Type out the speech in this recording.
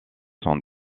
sont